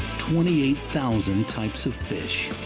twenty eight thousand types of fish